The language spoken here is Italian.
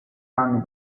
anni